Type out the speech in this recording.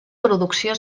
producció